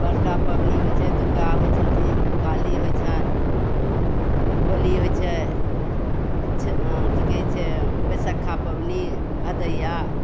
बडका पाबनि होइ छै दुर्गा होइ छथिन काली होइ छन होली होइ छै की कहै छै बैसक्खा पाबनि भदैया